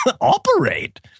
Operate